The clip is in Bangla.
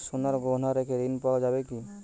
সোনার গহনা রেখে ঋণ পাওয়া যাবে কি?